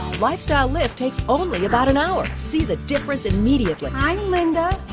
lifestyle lift takes only about an hour. see the difference immediately. i'm linda.